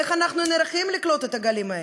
איך אנחנו נערכים לקלוט את הגלים האלה?